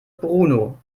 bruno